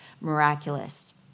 miraculous